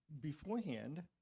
beforehand